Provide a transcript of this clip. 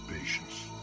Patience